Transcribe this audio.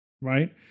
right